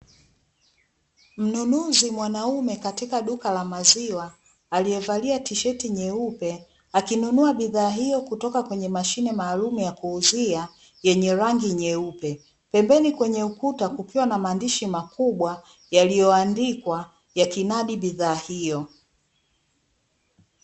Mnunuzi mwanaume katika duka la maziwa, aliyevalia tisheti nyeupe, akinunua bidhaa hiyo kutoka kwenye mashine maalumu ya kuuzia yenye rangi nyeupe, pembeni kwenye ukuta kukiwa na maandishi makubwa, yaliyoandikwa yakinadi bidhaa hiyo.